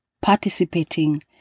participating